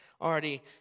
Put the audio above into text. already